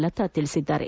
ಲತಾ ತಿಳಿಸಿದ್ದಾರೆ